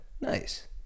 nice